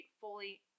fully